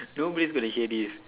nobody's gonna hear this